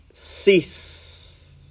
Cease